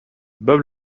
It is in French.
bob